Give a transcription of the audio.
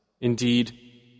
Indeed